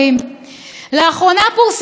הראשון בנושא מצפה כרמים,